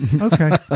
Okay